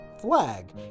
flag